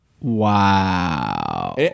Wow